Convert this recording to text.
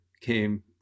came